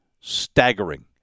staggering